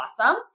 awesome